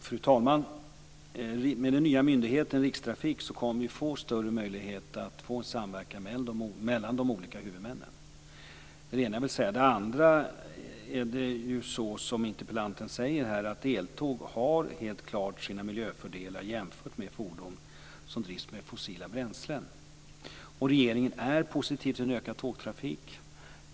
Fru talman! Med den nya myndigheten, Rikstrafiken, kommer vi att få större möjlighet att få en samverkan mellan de olika huvudmännen. Som interpellanten säger har tåg helt klart miljöfördelar jämfört med fordon som drivs med fossila bränslen. Regeringen är positiv till en ökad tågtrafik.